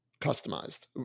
customized